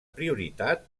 prioritat